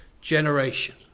generation